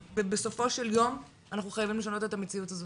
ובסופו של יום אנחנו חייבים לשנות את המציאות הזו